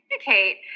communicate